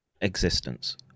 existence –